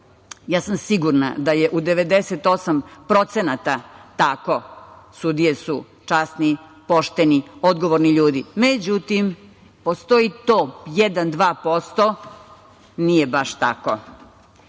Ja sam sigurna da je u 98% tako. Sudije su časni, pošteni, odgovorni ljudi.Međutim, postoji tih 1-2% gde nije baš tako.